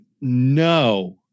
no